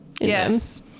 Yes